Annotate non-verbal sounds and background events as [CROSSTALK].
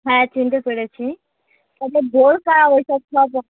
হ্যাঁ চিনতে পেরেছি [UNINTELLIGIBLE]